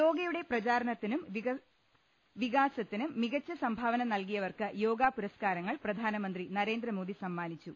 യോഗയുടെ പ്രചാരണത്തിനും വികാസത്തിനും മികച്ച സംഭാവന നൽകിയവർക്ക് യോഗ പുരസ്ക്കാര ങ്ങൾ പ്രധാനമന്ത്രി നരേന്ദ്രമോദി സമ്മാനിച്ചു